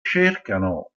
cercano